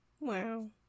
Wow